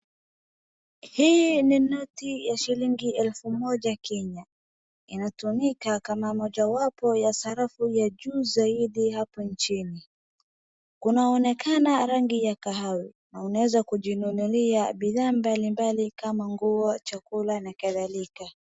Hii ni noti ya shilingi elfu moja Kenya, inatumika kama mojawapo ya sarafu ya juu zaidi hapa nchini. Kunaonekana rangi ya kahawa na unaeza kujinunulia bidhaa mbalimbali kama nguo, chakula na kadhalika.